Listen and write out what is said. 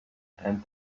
and